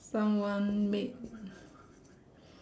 someone made